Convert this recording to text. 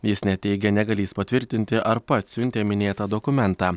jis net teigė negalįs patvirtinti ar pats siuntė minėtą dokumentą